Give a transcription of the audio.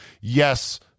Yes